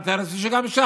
אני מתאר לעצמי שגם ש"ס,